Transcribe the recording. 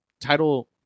Title